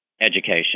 education